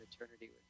eternity